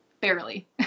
barely